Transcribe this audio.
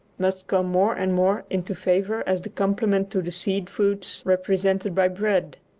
must come more and more into favour as the complement to the seed food represented by bread.